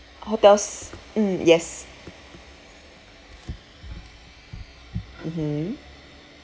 hotels mm yes mmhmm